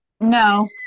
No